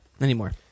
Anymore